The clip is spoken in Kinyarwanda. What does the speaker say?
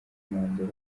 mandela